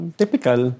typical